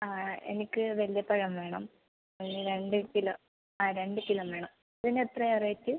ആ എനിക്ക് വലിയ പഴം വേണം ഒരു രണ്ട് കിലോ ആ രണ്ട് കിലോ വേണം ഇതിന് എത്രയാണ് റേറ്റ്